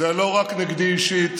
זה לא רק נגדי אישית,